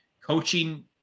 coaching